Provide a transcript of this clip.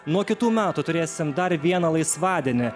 nuo kitų metų turėsim dar vieną laisvadienį